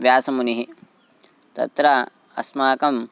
व्यासमुनिः तत्र अस्माकं